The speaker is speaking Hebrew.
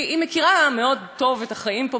היא מכירה מאוד טוב את החיים פה,